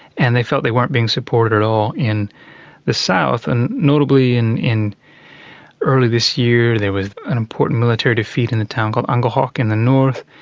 and they felt they weren't being supported at all in the south. and notably in, early this year there was an important military defeat in a town called aguelhok in the north,